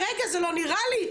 רגע, אולי בוא נסדר לך את התנאים?